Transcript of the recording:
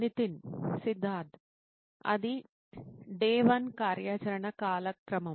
నితిన్ సిద్ధార్థ్ అద D1 day 1 కార్యాచరణ కాలక్రమం